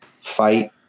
Fight